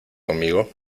conmigo